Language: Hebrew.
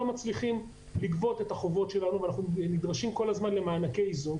מצליחים לגבות את החובות ונדרשים כל הזמן למענקי איזון,